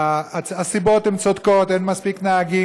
הסיבות מוצדקות: אין מספיק נהגים,